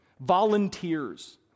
Volunteers